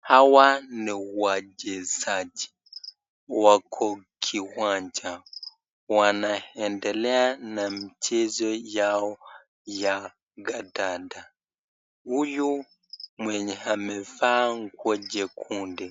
Hawa ni wachezaji. Wako kiwanja. Wanaendelea na michezo Yao ya kandanda . Huyu mwenye amevaa nguo nyekundu